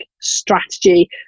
strategy